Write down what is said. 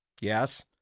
Yes